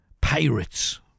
pirates